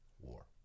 war